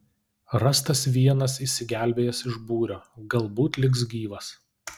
rastas vienas išsigelbėjęs iš būrio galbūt liks gyvas